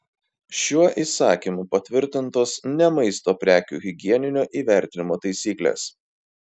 šiuo įsakymu patvirtintos ne maisto prekių higieninio įvertinimo taisyklės